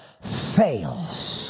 fails